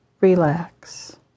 relax